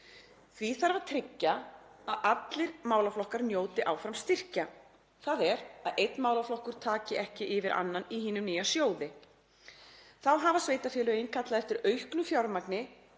Því þarf að tryggja að allir málaflokkar njóti áfram styrkja, þ.e. að einn málaflokkur taki ekki yfir annan í hinum nýja sjóði. Þá hafa sveitarfélögin kallað eftir auknu fjármagni